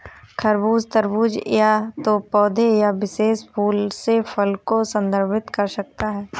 खरबूज, तरबूज या तो पौधे या विशेष रूप से फल को संदर्भित कर सकता है